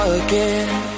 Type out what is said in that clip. again